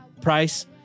price